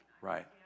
Right